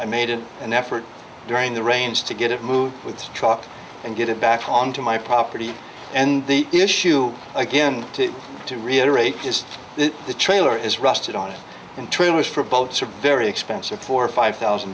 i made an effort during the rains to get it moved with the truck and get it back onto my property and the issue again to reiterate is that the trailer is rusted on in trailers for boats are very expensive for five thousand